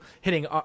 hitting